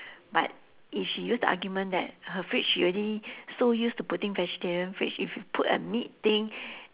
but if she use the argument that her fridge she already so used to putting vegetarian fridge if you put a meat thing